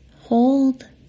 hold